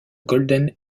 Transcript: golden